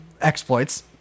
exploits